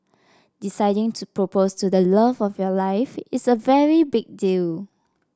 deciding to propose to the love of your life is a very big deal